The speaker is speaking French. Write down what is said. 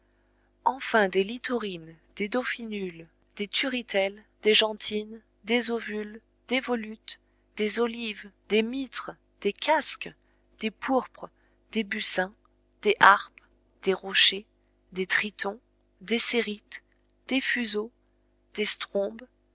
enfin des littorines des dauphinules des turritelles des janthines des ovules des volutes des olives des mitres des casques des pourpres des buccins des harpes des rochers des tritons des cérites des fuseaux